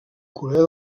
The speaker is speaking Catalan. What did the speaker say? corea